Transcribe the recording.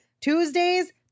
Tuesdays